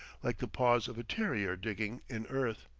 like the paws of a terrier digging in earth.